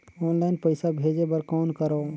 Online पईसा भेजे बर कौन करव?